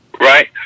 right